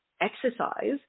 exercise